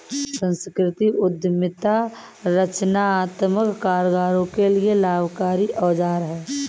संस्कृति उद्यमिता रचनात्मक कामगारों के लिए लाभकारी औजार है